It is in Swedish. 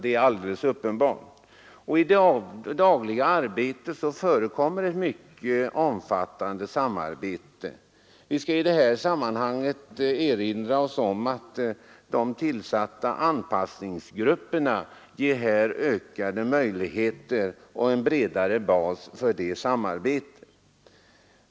I det dagliga arbetet förekommer också ett mycket omfattande samarbete. Vi kan i detta sammanhang erinra oss att de tillsatta anpassningsgrupperna ger ökade möjligheter till samverkan på en bred bas.